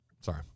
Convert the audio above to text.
Sorry